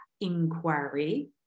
inquiry